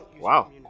Wow